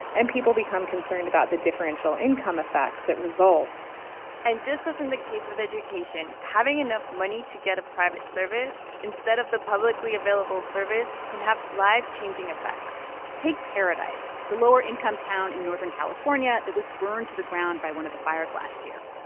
and people become concerned about the differential income effects that result and just as in the case with education, having enough money to get a private service instead of the publicly available service can have life-changing effects take paradise, the lower-income town in northern california that was burned to the ground by one of the fires last year.